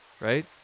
right